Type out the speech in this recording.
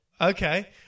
Okay